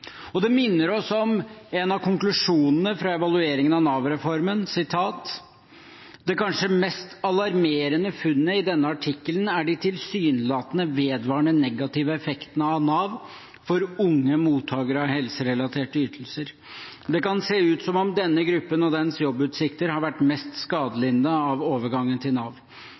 rusmisbrukere. Det minner oss om en av konklusjonene fra evalueringen av Nav-reformen: «Det kanskje mest alarmerende funnet i denne artikkelen er de tilsynelatende vedvarende negative effektene av NAV for unge mottakere av helserelaterte ytelser. Det kan se ut som om denne gruppen og dens jobbutsikter har vært mest skadelidende av overgangen til NAV.